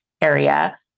area